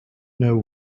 know